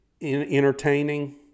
entertaining